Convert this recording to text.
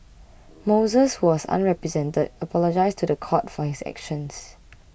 moses who was unrepresented apologised to the court for his actions